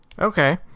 Okay